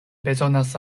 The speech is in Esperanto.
bezonas